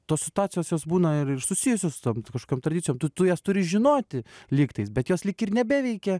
tos situacijos jos būna ir ir susijusios su tom su kažkokiom tradicijom tu tu jas turi žinoti lygtais bet jos lyg ir nebeveikia